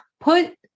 put